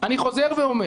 אני חוזר ואומר: